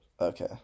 Okay